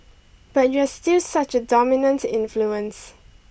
but you're still such a dominant influence